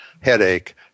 headache